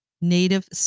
native